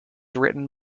written